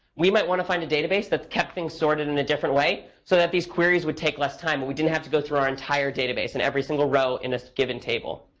we might want to find a database that kept things sorted in a different way, so that these queries would take less time. and but we didn't have to go through our entire database in every single row in a given table.